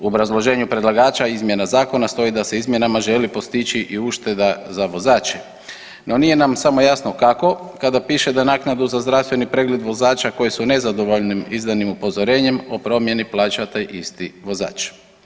U obrazloženju predlagača izmjena zakona stoji da se izmjenama želi postići i ušteda za vozače, no nije nam samo jasno kako kada piše da naknadu za zdravstveni pregled vozača koji su nezadovoljni izdanim upozorenjem o promjeni plaća taj isti vozač.